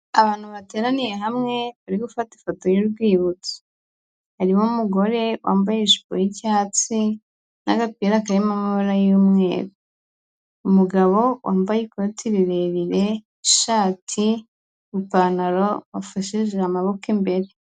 Abantu bateraniye hamwe, bari gufata ifoto y'urwibutso, harimo umugore wambaye ijipo yi'icyatsi n'agapira karimo amabara y'umweru, umugabo wambaye ikoti rirerire, ishati, ipantaro, wafashije amaboko imbere.